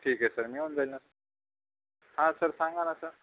ठीक आहे सर मिळून जाईल ना हा सर सांगा ना सर